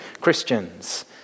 Christians